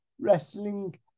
wrestling